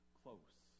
close